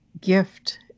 gift